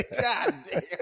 Goddamn